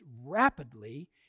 rapidly